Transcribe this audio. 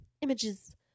images